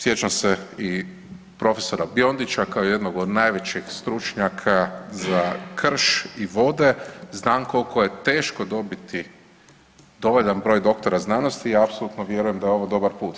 Sjećam se i prof. Biondića kao jednog od najvećih stručnjaka za krš i vode, znam koliko je teško dobiti dovoljan broj doktora znanosti i apsolutno vjerujem da je ovo dobar put.